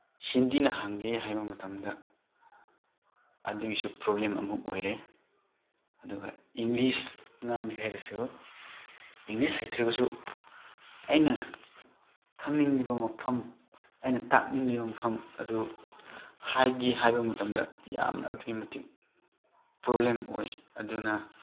ꯍꯤꯟꯗꯤꯅ ꯍꯪꯒꯦ ꯍꯥꯏꯕ ꯃꯇꯝꯗ ꯑꯗꯨꯒꯤꯁꯨ ꯄ꯭ꯔꯣꯕ꯭ꯂꯦꯝ ꯑꯃ ꯑꯣꯏꯔꯦ ꯑꯗꯨꯒ ꯏꯪꯂꯤꯁ ꯉꯥꯡꯒꯦ ꯍꯥꯏꯔꯁꯨ ꯏꯪꯂꯤꯁ ꯍꯩꯇ꯭ꯔꯒꯁꯨ ꯑꯩꯅ ꯈꯪꯅꯤꯡꯂꯤꯕ ꯃꯐꯝ ꯑꯩꯅ ꯇꯥꯛꯅꯤꯡꯂꯤꯕ ꯃꯐꯝ ꯑꯗꯨ ꯍꯥꯏꯒꯦ ꯍꯥꯏꯕ ꯃꯇꯝꯗ ꯌꯥꯝꯅ ꯑꯗꯨꯛꯀꯤ ꯃꯇꯤꯛ ꯄ꯭ꯔꯣꯕ꯭ꯂꯦꯝ ꯑꯣꯏ ꯑꯗꯨꯅ